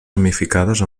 ramificades